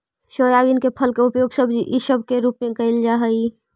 soybean के फल के उपयोग सब्जी इसब के रूप में कयल जा हई